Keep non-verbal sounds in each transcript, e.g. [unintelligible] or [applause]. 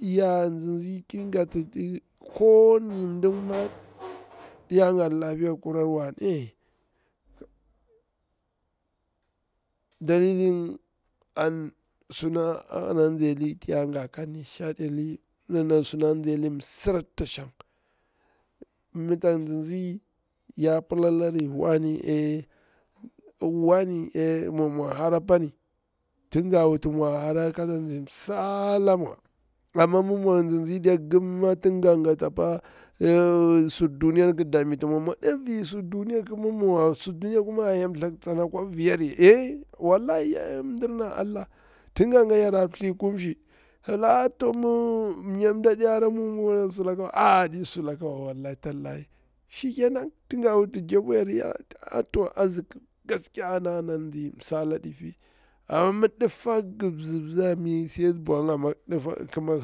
Ya tsitsi ki gati ko wani [noise] lapiya kurari wane dalilin an suna ana tsi ali suna msira ta shang, mi tak tsitsi ya pila lari wane eye wane eye, mi mwa hara apam tin ga wuti mwa hara ka nzi msala mwa amma mi mwak nzi nzi diya gumma tin ga gati apa sur duniya ƙi dameti mwa, mwa ɗevi sur duniya a kima ma wa wa, sur duniya kuma a helthaku tsana kwa viyari ey wallahi ey mdirna allah tin nga nga yara pthi kum shi, ti pila nga nga yara pthi kum shi, ti pila a to mi mnya nɗa aɗi hara mus mus lakawa a a wallahi tallahi shikenan tin ga wuti ya payeru yara tira, to a nzi gaskiya ana tsi msala ɗifi, aruma mi dife ngi zibzari kima ngi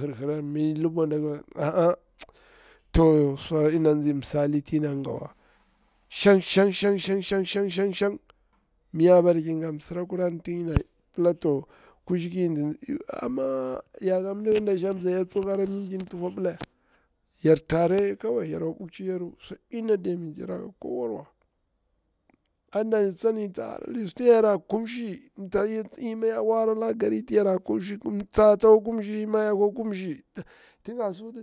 hirhirari mi libwaɗa [hesitation] to so ɗina nzi msali ti yana ngawa, shang shang shang mi ya baraki gati msira kwari, tin yana pila to kuli ki nzi amma yeka mdi ngin dani jak mbza ya tsoti hara minti tufu abila ya, yar tare kawai yara kwa ɓukcir yaru swadina damitiyaru ka kowawa, adani tsakwa harari suti yara kumshi imi yakwa hara suti yara kumshi tin tsa tsakwa kumshi ima yakwa kumshi. [unintelligible]